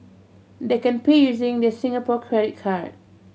they can pay using their Singapore credit card